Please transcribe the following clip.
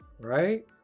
right